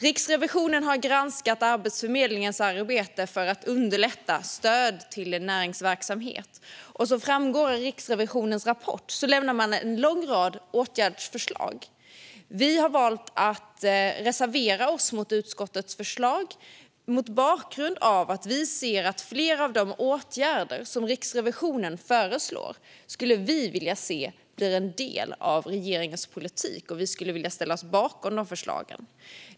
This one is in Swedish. Riksrevisionen har granskat Arbetsförmedlingens arbete för att underlätta stöd till näringsverksamhet. Som framgår av Riksrevisionens rapport lämnas en lång rad åtgärdsförslag. Vi har valt att reservera oss mot utskottets förslag mot bakgrund av att vi skulle vilja att flera av de åtgärder som Riksrevisionen föreslår blir en del av regeringens politik. Vi skulle vilja ställa oss bakom dessa förslag.